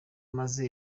maze